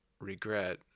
regret